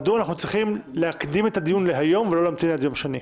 מדוע אנחנו צריכים להקדים את הדיון להיום ולא להמתין עד יום שני.